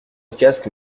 casque